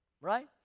Right